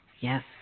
Yes